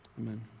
amen